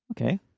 Okay